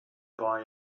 buy